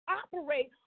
operate